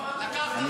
------ לא יהודים?